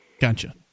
gotcha